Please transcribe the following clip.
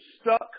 stuck